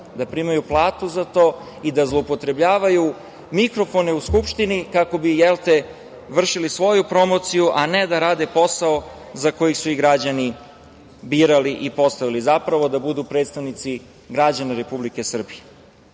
da primaju platu za to i da zloupotrebljavaju mikrofone u Skupštini kako bi vršili svoju promociju, a ne da rade posao za koji su ih građani birali i postavili, zapravo da budu predstavnici građana Republike Srbije. Ovim